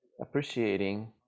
appreciating